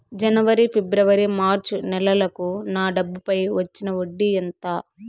జనవరి, ఫిబ్రవరి, మార్చ్ నెలలకు నా డబ్బుపై వచ్చిన వడ్డీ ఎంత